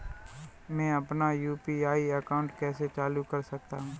मैं अपना UPI account कैसे चालू कर सकता हूँ?